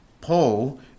Paul